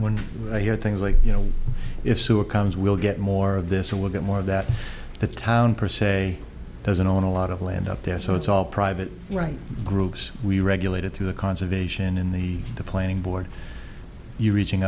when i hear things like you know if sewer comes we'll get more of this or will get more that the town per se doesn't own a lot of land up there so it's all private right groups we regulate it through the conservation in the planning board you reaching